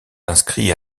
inscrit